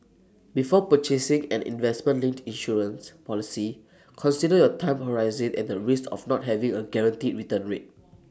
before purchasing an investment linked insurance policy consider your time horizon and the risks of not having A guaranteed return rate